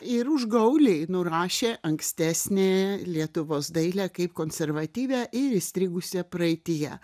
ir užgauliai nurašė ankstesnę lietuvos dailę kaip konservatyvią ir įstrigusią praeityje